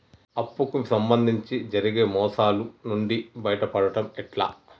అప్పు కు సంబంధించి జరిగే మోసాలు నుండి బయటపడడం ఎట్లా?